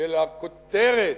של הכותרת,